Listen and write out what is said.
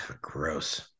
gross